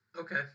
Okay